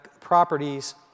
properties